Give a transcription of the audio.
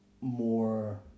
more